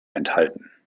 enthalten